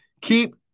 Keep